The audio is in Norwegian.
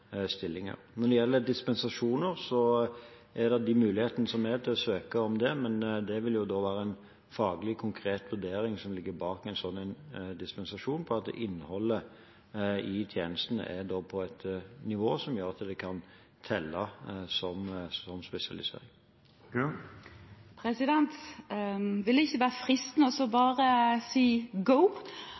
Når det gjelder dispensasjoner, er det muligheter til å søke om det. Men det vil da være en faglig, konkret vurdering som ligger bak en slik dispensasjon av om innholdet i tjenesten er på et nivå som gjør at det kan telle som spesialisering. Ville det ikke vært fristende bare å si «go» – nå er det tellende praksis? Det ligger så